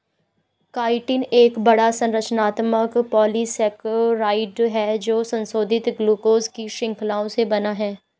chitin एक बड़ा, संरचनात्मक पॉलीसेकेराइड है जो संशोधित ग्लूकोज की श्रृंखलाओं से बना है